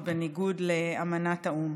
ובניגוד לאמנת האו"ם.